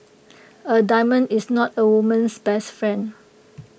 A diamond is not A woman's best friend